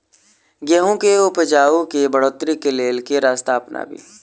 गेंहूँ केँ उपजाउ केँ बढ़ोतरी केँ लेल केँ रास्ता अपनाबी?